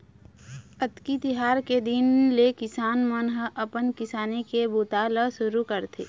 अक्ती तिहार के दिन ले किसान मन ह अपन किसानी के बूता ल सुरू करथे